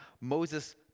Moses